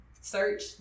search